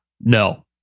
No